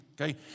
okay